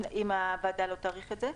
אם הוועדה לא תאריך את זה.